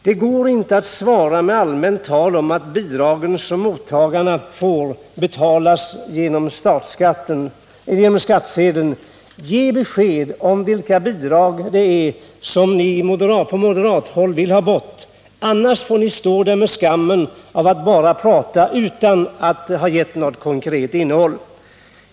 Det går inte att svara med allmänt tal om bidragen som mottagarna får betala genom skattsedeln. Ge besked om vilka bidrag det är som ni från moderat håll vill ha bort! Annars får ni stå där med skammen att bara prata utan något konkret innehåll.